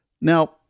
Now